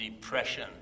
depression